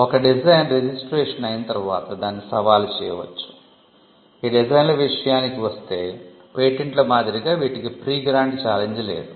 ఒక డిజైన్ లేదు